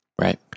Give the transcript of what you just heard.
Right